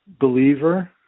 Believer